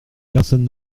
personne